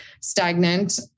stagnant